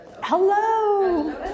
Hello